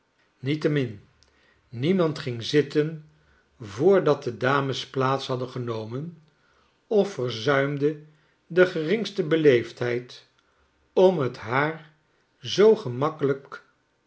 niettemin niemand ging zitten voordat de dames plaats hadden genomen of verzuimde de geringste beleefdheid om t haar zoo gemakkelijk